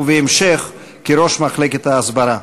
ובהמשך כראש מחלקת ההסברה.